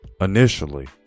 Initially